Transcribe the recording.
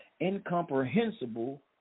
incomprehensible